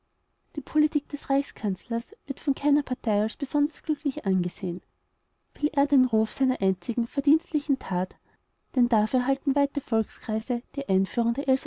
die politik des reichskanzlers wird von keiner partei als besonders glücklich angesehen will er den ruf seiner einzigen verdienstlichen tat denn dafür halten weite volkskreise die einführung der